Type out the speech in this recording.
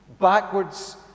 Backwards